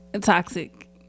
Toxic